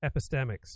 epistemics